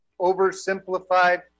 oversimplified